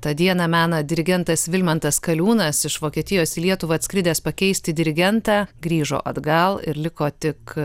tą dieną mena dirigentas vilmantas kaliūnas iš vokietijos į lietuvą atskridęs pakeisti dirigentą grįžo atgal ir liko tik